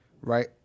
right